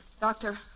Doctor